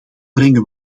brengen